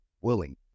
willing